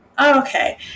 Okay